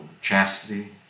Chastity